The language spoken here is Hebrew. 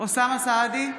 אוסאמה סעדי,